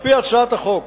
על-פי הצעת החוק,